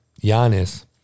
Giannis